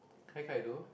kai kai though